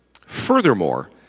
Furthermore